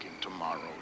tomorrow